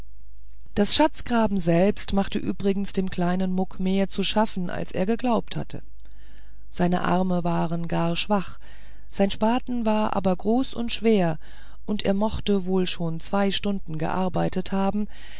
das schatzgraben selbst machte übrigens dem kleinen muck mehr zu schaffen als er geglaubt hatte seine arme waren gar schwach sein spaten aber groß und schwer und er mochte wohl schon zwei stunden gearbeitet haben